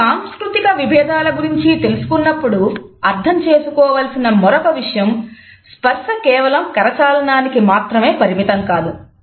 మనం సాంస్కృతిక విభేదాల గురించి తెలుసుకున్నప్పుడు అర్థం చేసుకోవలసిన మరొక విషయం స్పర్శ కేవలం కరచాలనానికి మాత్రమే పరిమితం కాదు